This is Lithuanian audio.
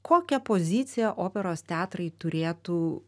kokią poziciją operos teatrai turėtų